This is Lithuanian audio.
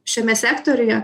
šiame sektoriuje